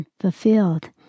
fulfilled